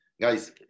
Guys